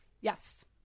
yes